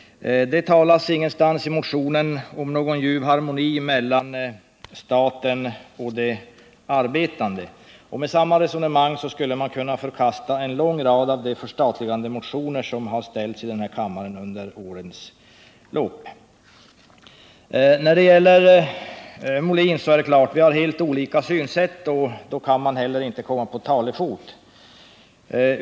Det talas ingenstans i motionen om någon ljuv harmoni mellan staten och de arbetande, och med samma resonemang som Jörn Svensson nu för skulle man kunna förkasta en lång rad av de förstatligandemotioner som behandlats i riksdagen under årens lopp. När det gäller Björn Molin är det klart: Vi har helt olika synsätt, och då kan vi inte heller komma på talefot.